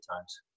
times